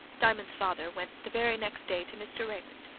diamond's father went the very next day to mr. raymond,